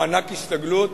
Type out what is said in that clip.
מענק הסתגלות,